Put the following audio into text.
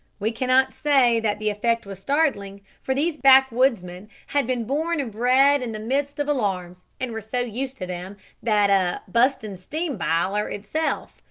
we cannot say that the effect was startling, for these backwoodsmen had been born and bred in the midst of alarms and were so used to them that a bustin' steam biler itself,